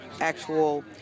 actual